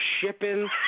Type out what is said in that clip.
shipping